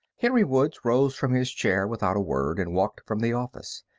henry woods rose from his chair without a word and walked from the office.